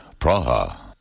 Praha